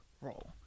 role